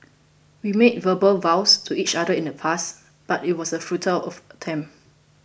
we made verbal vows to each other in the past but it was a futile of attempt